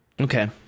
Okay